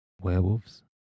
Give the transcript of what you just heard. werewolves